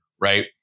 right